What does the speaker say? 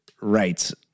rights